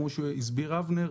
כמו שהסביר אבנר,